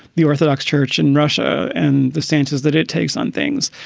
the orthodox church in russia and the stances that it takes on things.